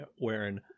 wearing